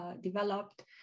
developed